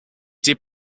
did